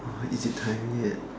is it time ya